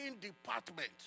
department